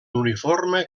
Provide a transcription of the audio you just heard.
uniforme